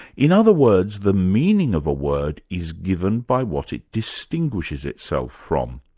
in other words, the meaning of a word is given by what it distinguishes itself from.